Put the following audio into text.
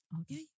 Okay